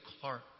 Clark